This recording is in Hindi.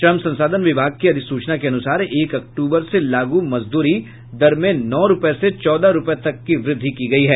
श्रम संसाधन विभाग की जारी अधिसूचना के अनुसार एक अक्टूबर से लागू मजदूरी दर में नौ रूपये से चौदह रूपये तक की वृद्धि की गयी है